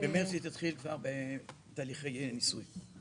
במרץ היא תתחיל בתהליכי ניסוי.